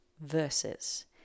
versus